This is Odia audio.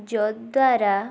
ଯଦ୍ୱାରା